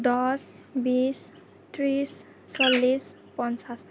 দহ বিছ ত্ৰিছ চল্লিছ পঞ্চাছ